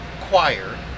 choir